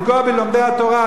לפגוע בלומדי התורה,